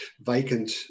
vacant